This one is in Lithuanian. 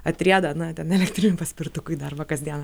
atrieda na ten elektriniu paspirtuku į darbą kasdien